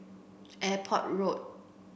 Airport Road